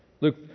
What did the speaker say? Luke